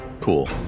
cool